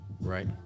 right